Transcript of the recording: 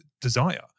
desire